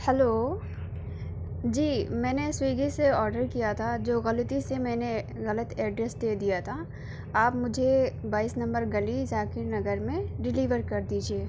hello جی میں نے سویگی سے آڈر کیا تھا جو غلطی سے میں نے غلط ایڈریس دے دیا تھا آپ مجھے بائیس نمبر گلی ذاکر نگر میں ڈلیور کر دیجیے